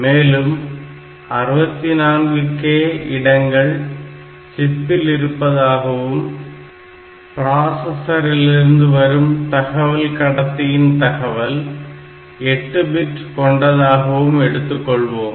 மேலும் 64K இடங்கள் சிப்பில் இருப்பதாகவும் பிராசஸரிலிருந்து வரும் தகவல் கடத்தியின் தகவல் 8 bit கொண்டதாகவும் எடுத்துக்கொள்வோம்